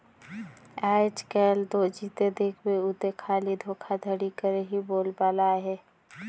आएज काएल दो जिते देखबे उते खाली धोखाघड़ी कर ही बोलबाला अहे